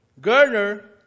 Gerner